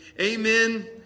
Amen